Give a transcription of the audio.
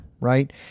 right